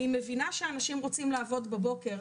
אני מבינה שאנשים רוצים לעבוד בבוקר,